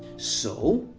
so,